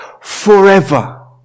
forever